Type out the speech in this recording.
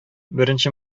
беренче